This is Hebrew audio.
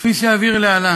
כפי שאבהיר להלן.